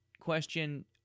question